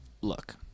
look